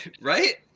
right